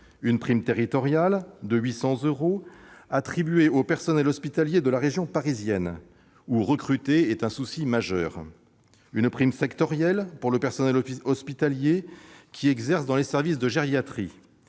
une prime territoriale de 800 euros, attribuée aux personnels hospitaliers de la région parisienne, où recruter est un souci majeur ; une prime sectorielle pour le personnel hospitalier qui exerce dans les services de gériatrie